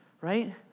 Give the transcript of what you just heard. right